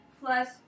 plus